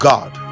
God